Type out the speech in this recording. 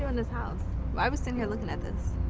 um this house? why we sitting here looking at this?